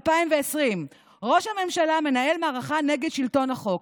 2020: ראש הממשלה מנהל מערכה נגד שלטון החוק.